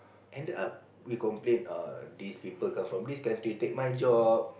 ended up we complain err this people come from this country take my job